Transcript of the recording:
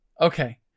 Okay